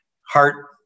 heart